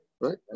right